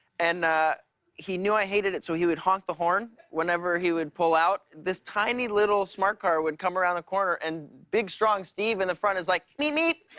and ah he knew i hated it, so he would honk the horn whenever he would pull out. this tiny little smart car would come around the corner, and big, strong steve in the front is like, meep meep!